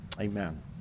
Amen